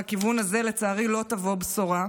מהכיוון הזה, לצערי, לא תבוא בשורה.